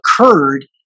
occurred